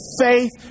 faith